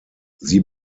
sie